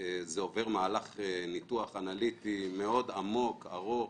זה עובר מהלך ניתוח אנליטי מאוד עמוק, ארוך,